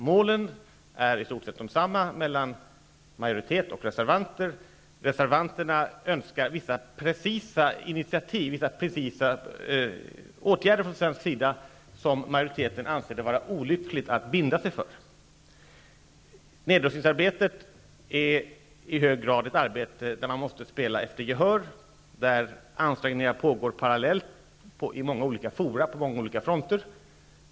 Målen är i stort sett de samma för majoritet och reservanter. Reservanterna önskar vissa precisa initiativ och åtgärder från svensk sida som majoriteten anser att det är olyckligt att binda sig för. Nedrustningsarbetet är i hög grad ett arbete där man måste spela efter gehör och där ansträngningar pågår parallellt i många olika fora och på många olika fronter.